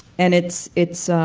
and it's it's